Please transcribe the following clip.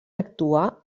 actuar